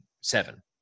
seven